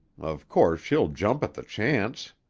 of course she'll jump at the chance.